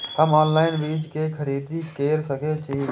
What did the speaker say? हम ऑनलाइन बीज के खरीदी केर सके छी?